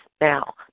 Now